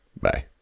Bye